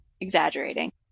exaggerating